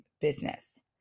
business